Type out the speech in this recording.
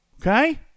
okay